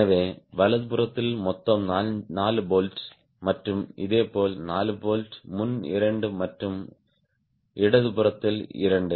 எனவே வலதுபுறத்தில் மொத்தம் 4 போல்ட் மற்றும் இதேபோல் 4 போல்ட் முன் இரண்டு மற்றும் இடது புறத்தில் இரண்டு